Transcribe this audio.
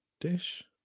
dish